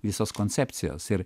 visos koncepcijos ir